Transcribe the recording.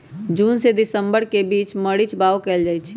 जून से दिसंबर के बीच मरीच बाओ कएल जाइछइ